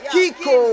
Kiko